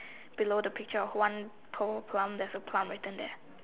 below the picture of one tall plum there's a plum written there